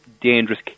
dangerous